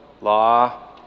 Law